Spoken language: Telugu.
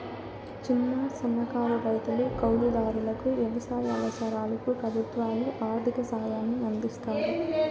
చిన్న, సన్నకారు రైతులు, కౌలు దారులకు వ్యవసాయ అవసరాలకు ప్రభుత్వాలు ఆర్ధిక సాయాన్ని అందిస్తాయి